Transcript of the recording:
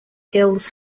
hills